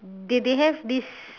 they they have this